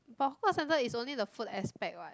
but hawker center is only the food aspect what